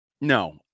no